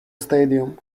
stadium